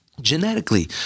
genetically